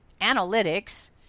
analytics